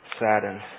saddened